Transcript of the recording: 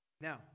Now